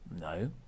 No